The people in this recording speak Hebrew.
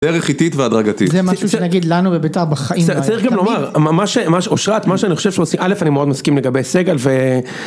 דרך איטית והדרגתית, זה משהו שנגיד לנו בבית״ר בחיים לא.. צריך, צריך גם לומר, מה.. מה ש.. שאושרת, מה שאני חושב, א' אני מאוד מסכים לגבי סגל ו...